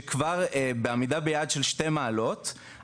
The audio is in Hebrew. שכבר בעמידה ביעד של שתי מעלות,